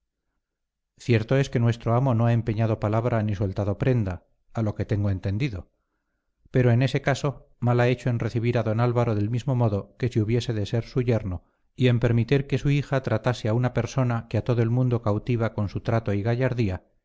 cierto es que nuestro amo no ha empeñado palabra ni soltado prenda a lo que tengo entendido pero en ese caso mal ha hecho en recibir a don álvaro del mismo modo que si hubiese de ser su yerno y en permitir que su hija tratase a una persona que a todo el mundo cautiva con su trato y gallardía